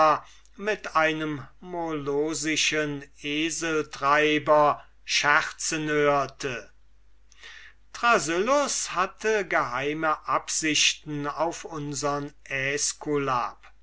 mit einem molossischen eseltreiber scherzen hörte thrasyllus hatte geheime absichten auf unsern